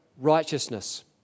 righteousness